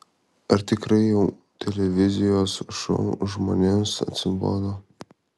ar tikrai jau televizijos šou žmonėms atsibodo